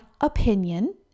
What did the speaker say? opinion